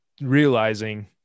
realizing